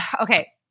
okay